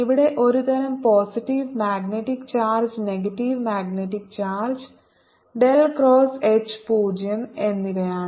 ഇവിടെ ഒരുതരം positive magnetic charge negative magnetic charge del cross H 0 എന്നിവയാണ്